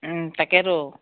তাকেতো